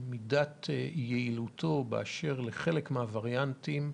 מידת יעילותו של החיסון של אסטרה זנקה באשר לחלק מהווריאנטים פחותה.